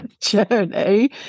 journey